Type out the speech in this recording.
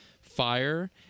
Fire